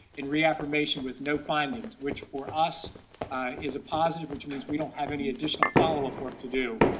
in reaffirmation with no findings, which for us is a positive, which means we don't have any additional follow-up work to do.